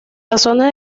razones